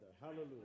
Hallelujah